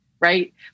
right